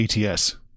ats